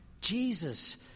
Jesus